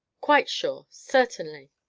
quite sure certainly.